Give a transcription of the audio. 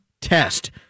test